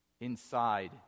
inside